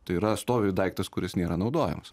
tai yra stovi daiktas kuris nėra naudojamas